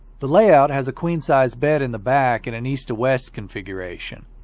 the layout has a queen-size bed in the back in an east to west configuration.